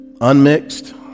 Unmixed